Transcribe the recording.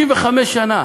65 שנה,